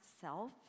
self